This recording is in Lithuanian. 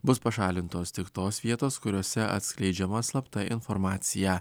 bus pašalintos tik tos vietos kuriose atskleidžiama slapta informacija